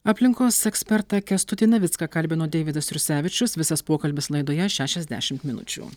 aplinkos ekspertą kęstutį navicką kalbino deividas jursevičius visas pokalbis laidoje šešiasdešimt minučių